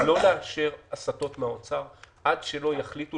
לא לאשר הסטות מהאוצר עד שלא יחליטו